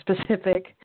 specific